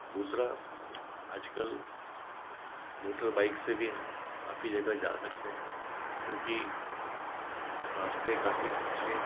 दूसरा आजकल motor bike से भी हम काफ़ी जगह जा सकते हैं चूँकि रास्ते काफ़ी अच्छे